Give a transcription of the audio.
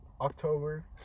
October